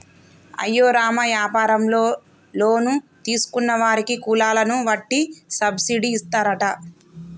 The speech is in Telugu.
అయ్యో రామ యాపారంలో లోన్ తీసుకున్న వారికి కులాలను వట్టి సబ్బిడి ఇస్తారట